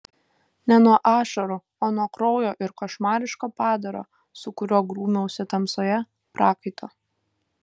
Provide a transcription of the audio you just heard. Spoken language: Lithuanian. ne nuo ašarų o nuo kraujo ir košmariško padaro su kuriuo grūmiausi tamsoje prakaito